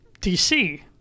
DC